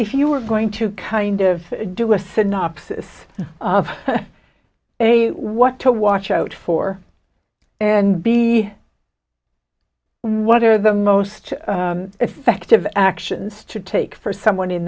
if you're going to kind of do a synopsis of a what to watch out for and be what are the most effective actions to take for someone in